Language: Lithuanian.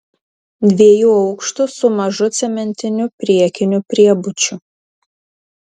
dviejų aukštų su mažu cementiniu priekiniu priebučiu